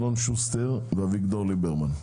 אלון שוסטר ואביגדור ליברמן.